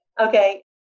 Okay